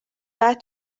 بعد